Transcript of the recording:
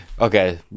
okay